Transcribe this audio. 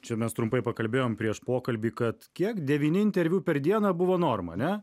čia mes trumpai pakalbėjom prieš pokalbį kad kiek devyni interviu per dieną buvo norma ne